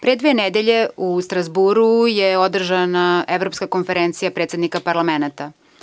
Pre dve nedelje u Strazburu je održana Evropska konferencija predsednika parlamenata.